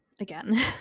Again